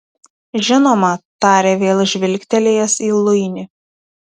žinoma tarė vėl žvilgtelėjęs į luinį